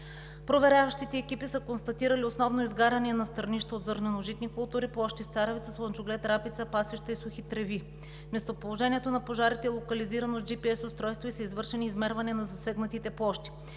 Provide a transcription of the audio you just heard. Проверяващите екипи са констатирали основно изгаряния на стърнища от зърнено-житни култури, площи с царевица, слънчоглед, рапица, пасища и сухи треви. Местоположението на пожарите е локализирано с GPS устройства и са извършени измервания на засегнатите площи.